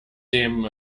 dem